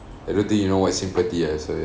I don't think you know what is sympathy ah so